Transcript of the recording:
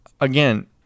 Again